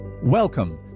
Welcome